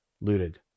looted